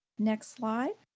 next slide.